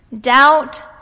doubt